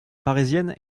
parisienne